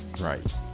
Right